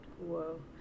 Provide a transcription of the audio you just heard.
Whoa